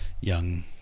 young